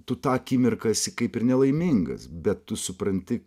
tu tą akimirką esi kaip ir nelaimingas bet tu supranti